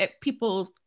people